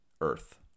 Earth